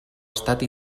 estat